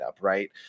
right